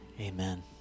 Amen